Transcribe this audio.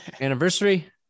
anniversary